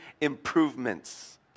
improvements